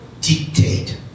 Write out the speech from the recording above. dictate